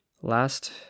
Last